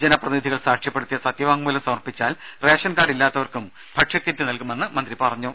ജനപ്രതിനിധികൾ സാക്ഷ്യപെടുത്തിയ സത്യവാങ്മൂലം സമർപ്പിച്ചാൽ റേഷൻ കാർഡ് ഇല്ലാത്തവർക്കും ഭക്ഷ്യ കിറ്റ് നൽകുമെന്നും മന്ത്രി പറഞ്ഞു